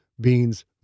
Beans